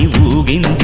moving